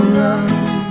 love